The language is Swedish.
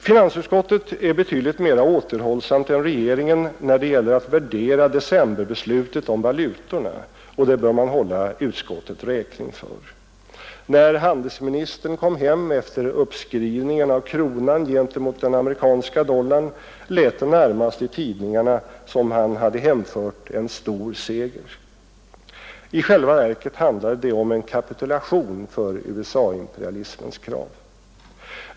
Finansutskottet är betydligt mera återhållsamt än regeringen när det gäller att värdera decemberbeslutet om valutorna, och det bör man hålla utskottet räkning för. När handelsministern kom hem efter uppskrivningen av kronan gentemot den amerikanska dollarn lät det i tidningarna närmast som om han hemfört en stor seger. I själva verket handlade det om en kapitulation för USA-imperialismens krav.